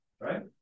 right